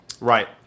Right